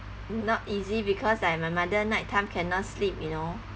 not easy because I my mother night time cannot sleep you know